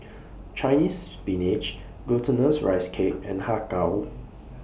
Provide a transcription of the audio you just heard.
Chinese Spinach Glutinous Rice Cake and Har Kow